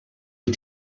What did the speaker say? wyt